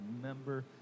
remember